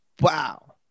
Wow